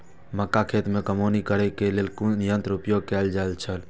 मक्का खेत में कमौनी करेय केय लेल कुन संयंत्र उपयोग कैल जाए छल?